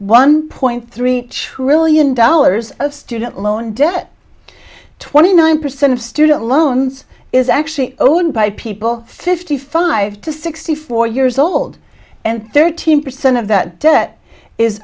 one point three trillion dollars of student loan debt twenty nine percent of student loans is actually owned by people fifty five to sixty four years old and thirteen percent of that debt is